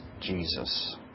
Jesus